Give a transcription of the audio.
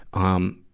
um,